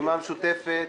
הרשימה המשותפת,